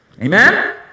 Amen